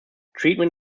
treatment